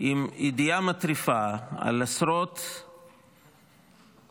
עם ידיעה מטריפה על עשרות עצורים,